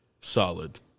solid